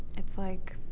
it's like,